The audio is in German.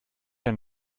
eine